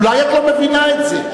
אולי את לא מבינה את זה.